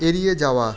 এড়িয়ে যাওয়া